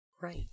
Right